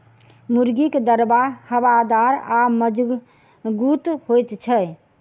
मुर्गीक दरबा हवादार आ मजगूत होइत छै